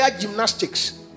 gymnastics